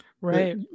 Right